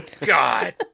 God